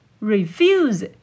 Refuse